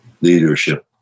leadership